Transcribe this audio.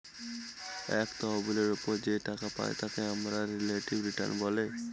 এক তহবিলের ওপর যে টাকা পাই তাকে আমরা রিলেটিভ রিটার্ন বলে